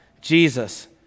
Jesus